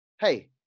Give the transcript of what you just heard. Hey